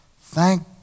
Thank